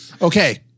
okay